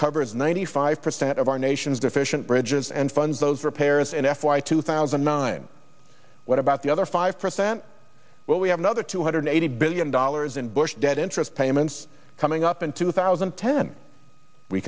covers ninety five percent of our nation's deficient bridges and fund those repairs in f y two thousand and nine what about the other five percent well we have another two hundred eighty billion dollars in bush debt interest payments coming up in two thousand and ten we